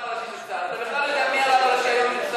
יואל,